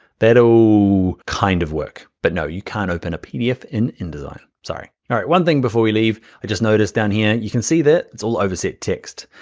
that will kind of work, but no, you can't open a pdf in, indesign, sorry. all right, one thing before we leave, i just noticed down here, you can see that it's all overset text.